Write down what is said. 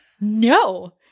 No